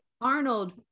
Arnold